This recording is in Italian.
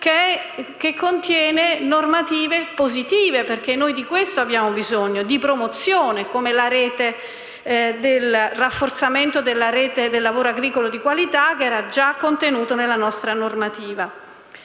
che contiene norme positive, perché noi abbiamo bisogno di questo, cioè di promozione, come il rafforzamento della Rete del lavoro agricolo di qualità, che era già contenuto nella nostra normativa.